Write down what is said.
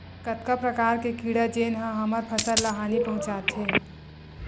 कतका प्रकार के कीड़ा जेन ह हमर फसल ल हानि पहुंचाथे?